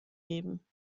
geben